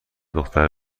دختر